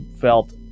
felt